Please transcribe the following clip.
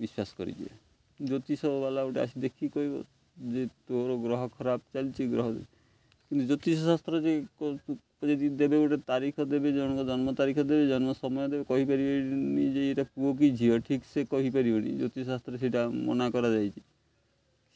ବିଶ୍ୱାସ କରି ଦିଏ ଜ୍ୟୋତିଷବାଲା ଗୋଟେ ଆସି ଦେଖି କହିବ ଯେ ତୋର ଗ୍ରହ ଖରାପ ଚାଲିଛି ଗ୍ରହ କିନ୍ତୁ ଜ୍ୟୋତିଷ ଶାସ୍ତ୍ର ଯେ ଯଦି ଦେବେ ଗୋଟେ ତାରିଖ ଦେବେ ଜଣକ ଜନ୍ମ ତାରିଖ ଦେବେ ଜନ୍ମ ସମୟ ଦେବେ କହିପାରିବେନି ଯେ ଏଇଟା ପୁଅ କିି ଝିଅ ଠିକ୍ ସେ କହିପାରିବେନି ଜ୍ୟୋତିଷଶାସ୍ତ୍ର ସେଇଟା ମନା କରାଯାଇଛି